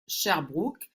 sherbrooke